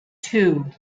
two